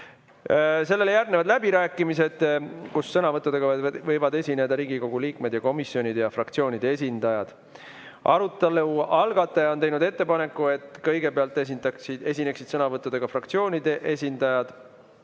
jõua. Järgnevad läbirääkimised, kus sõnavõttudega võivad esineda Riigikogu liikmed ning komisjonide ja fraktsioonide esindajad. Arutelu algataja on teinud ettepaneku, et kõigepealt esineksid sõnavõttudega fraktsioonide esindajad.